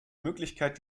möglichkeit